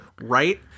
right